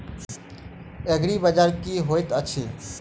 एग्रीबाजार की होइत अछि?